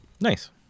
Nice